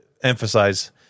emphasize